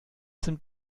sind